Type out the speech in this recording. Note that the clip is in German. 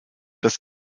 das